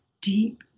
deep